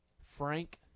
Frank